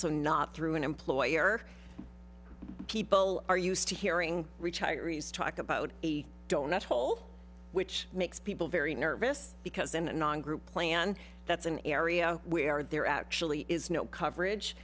so not through an employer people are used to hearing retirees talk about the donut hole which makes people very nervous because in a non group plan that's an area where there actually is no coverage